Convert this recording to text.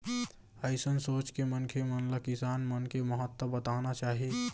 अइसन सोच के मनखे मन ल किसान मन के महत्ता बताना चाही